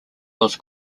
was